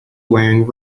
wearing